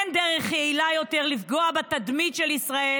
אין דרך יעילה יותר לפגוע בתדמית של ישראל